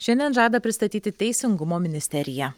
šiandien žada pristatyti teisingumo ministerija